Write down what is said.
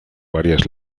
varias